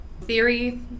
theory